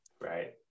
right